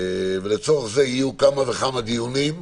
לצורך זה יהיו כמה וכמה דיונים,